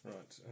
Right